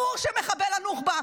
ברור שמחבל הנוח'בה,